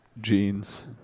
jeans